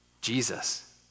Jesus